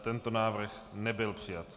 Tento návrh nebyl přijat.